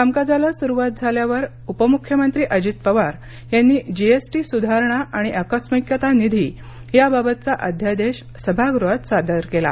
कामकाजाला सुरुवात झाल्यावर उपमुख्यमंत्री अजित पवार यांनी जीएसटी सुधारणा आणि आकस्मिकता निधी याबाबतचा अध्यादेश सभागृहात सादर केला